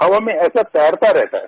हवा में ऐसा तैरता रहता है